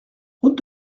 route